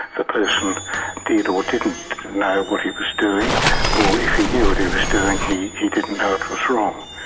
the person did or didn't know what he was doing or if he knew what he was doing, he he didn't know it was wrong,